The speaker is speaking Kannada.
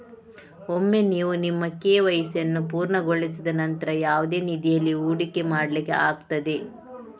ಒಮ್ಮೆ ನೀವು ನಿಮ್ಮ ಕೆ.ವೈ.ಸಿ ಅನ್ನು ಪೂರ್ಣಗೊಳಿಸಿದ ನಂತ್ರ ಯಾವುದೇ ನಿಧಿಯಲ್ಲಿ ಹೂಡಿಕೆ ಮಾಡ್ಲಿಕ್ಕೆ ಆಗ್ತದೆ